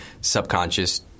subconscious